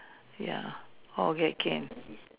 ya all get caned